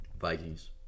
Vikings